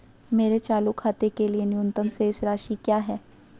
मेरे चालू खाते के लिए न्यूनतम शेष राशि क्या है?